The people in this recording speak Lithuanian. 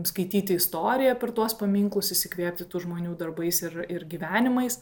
skaityti istoriją per tuos paminklus įsikvėpti tų žmonių darbais ir ir gyvenimais